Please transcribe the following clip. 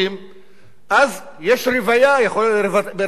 אז יש רוויה, רוויה בעניין התעסוקה,